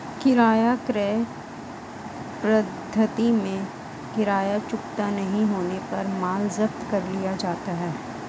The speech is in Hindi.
किराया क्रय पद्धति में किराया चुकता नहीं होने पर माल जब्त कर लिया जाता है